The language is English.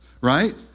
right